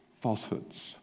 falsehoods